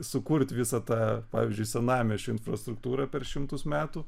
sukurti visą tą pavyzdžiui senamiesčio infrastruktūrą per šimtus metų